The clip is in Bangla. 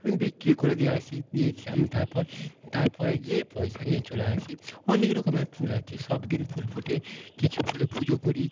আমি বিক্রি করে দিয়ে আসি দিয়ে এসে আমি তারপর তারপরে গিয়ে পয়সা নিয়ে চলে আসি অনেক রকমের ফুল আছে সবদিন ফুল ফোটে কিছু ফুলে পুজো করি